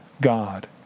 God